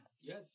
Yes